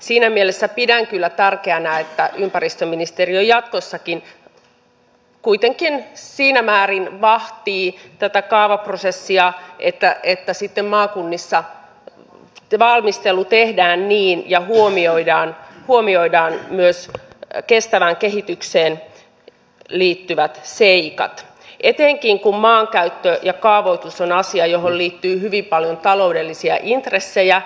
siinä mielessä pidän kyllä tärkeänä että ympäristöministeriö jatkossakin kuitenkin siinä määrin vahtii tätä kaavaprosessia että sitten maakunnissa valmistelu tehdään huomioiden myös kestävään kehitykseen liittyvät seikat etenkin kun maankäyttö ja kaavoitus on asia johon liittyy hyvin paljon taloudellisia intressejä